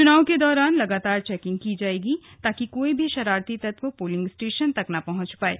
चुनाव के दौरान लगातार चैकिंग की जाएगी ताकि कोई भी शरारती तत्व पोंलिंग स्टेशन तक ना पहुंच पाएं